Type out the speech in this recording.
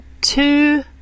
two